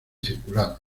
circular